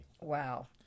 Wow